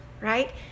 right